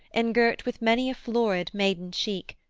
engirt with many a florid maiden-cheek,